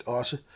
også